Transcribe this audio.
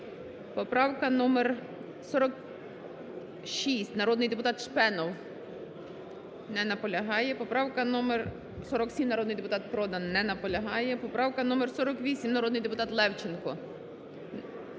Поправка номер 46, народний депутат Шпенов. Не наполягає. Поправка номер 47, народний депутат Продан. Не наполягає. Поправка номер 48, народний депутат Левченко. Прошу